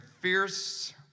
fierce